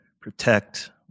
protect